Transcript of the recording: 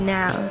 now